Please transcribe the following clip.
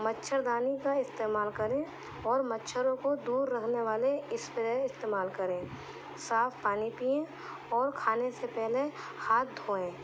مچھر دانی کا استعمال کریں اور مچھروں کو دور رکھنے والے اسپرے استعمال کریں صاف پانی پئیں اور کھانے سے پہلے ہاتھ دھوئیں